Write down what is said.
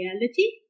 reality